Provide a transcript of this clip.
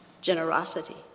generosity